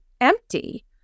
empty